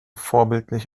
vorbildlich